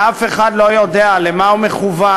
שאף אחד לא יודע למה הוא מכוון,